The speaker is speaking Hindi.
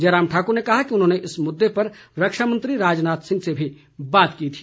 जयराम ठाकुर ने कहा कि उन्होंने इस मुद्दे पर रक्षा मंत्री राजनाथ सिंह से भी बात की थी